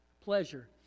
Pleasure